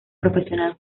profesional